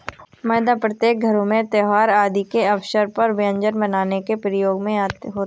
मैदा प्रत्येक घरों में त्योहार आदि के अवसर पर व्यंजन बनाने के लिए प्रयुक्त होता है